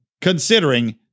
considering